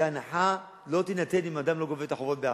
כי ההנחה לא תינתן אם האדם לא משלם את החובות מהעבר.